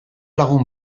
lagun